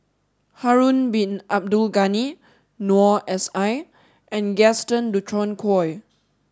Harun Hin Abdul Ghani Noor S I and Gaston Dutronquoy